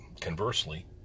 Conversely